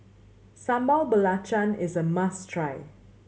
Sambal Belacan is a must try